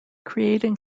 creating